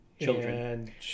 children